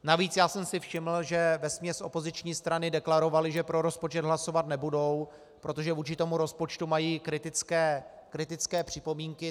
Navíc jsem si všiml, že vesměs opoziční strany deklarovaly, že pro rozpočet hlasovat nebudou, protože vůči rozpočtu mají kritické připomínky.